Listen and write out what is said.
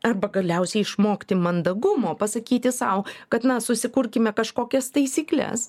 arba galiausiai išmokti mandagumo pasakyti sau kad mes susikurkime kažkokias taisykles